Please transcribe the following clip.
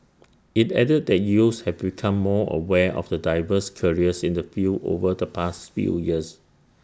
IT added that youths have become more aware of the diverse careers in the field over the past few years